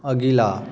अगिला